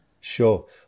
Sure